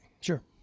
Sure